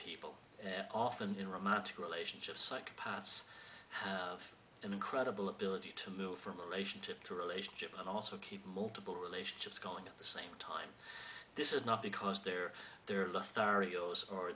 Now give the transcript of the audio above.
people and often in romantic relationships psychopaths have an incredible ability to move from a relationship to relationship and also keep multiple relationships going at the same time this is not because they're the